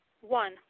One